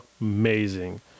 amazing